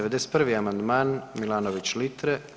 91. amandman Milanović Litre.